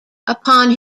upon